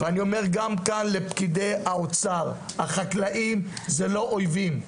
אני אומר גם כאן לפקידי האוצר: החקלאים זה לא אויבים,